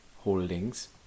Holdings